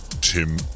tim